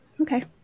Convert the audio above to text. Okay